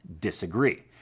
disagree